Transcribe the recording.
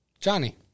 Johnny